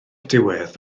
diwedd